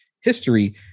history